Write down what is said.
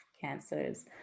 cancers